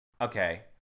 okay